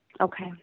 Okay